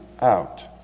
out